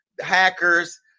hackers